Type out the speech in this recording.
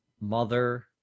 mother